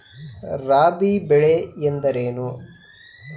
ರಾಬಿ ಬೆಳೆ ಎಂದರೇನು?